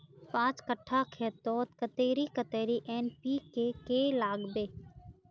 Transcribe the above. पाँच कट्ठा खेतोत कतेरी कतेरी एन.पी.के के लागबे?